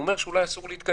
הוא אומר שאולי אסור להתקהל.